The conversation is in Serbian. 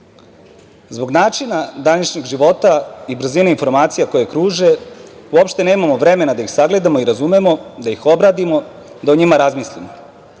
deca. Zbog načina današnjeg života i brzine informacija koje kruže uopšte nemamo vremena da ih sagledamo i razumemo, da ih obradimo, da o njima razmislimo.